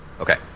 Okay